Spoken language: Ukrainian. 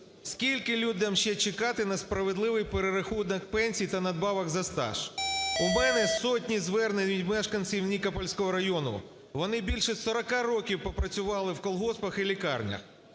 Скільки людям ще чекати на справедливий перерахунок пенсій та надбавок за стаж? У мене сотні звернень від мешканців Нікопольського району, вони більше 40 років пропрацювали в колгоспах і лікарнях.